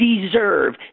deserve